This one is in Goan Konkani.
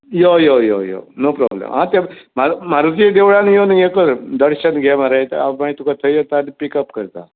यो yo yo yo no problem हांव त्या मारु मारुतीच्या देवळान येवन हें कर दर्शन घे मरे हांव मागीर तुका थंय येता आनी पिकप करता